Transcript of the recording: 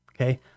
okay